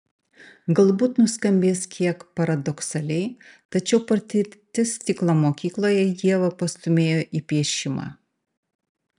galbūt nuskambės kiek paradoksaliai tačiau patirtis stiklo mokykloje ievą pastūmėjo į piešimą